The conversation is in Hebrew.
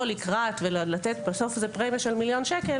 לקראת ולתת בסוף זאת פרמיה של מיליון שקל